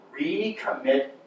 recommit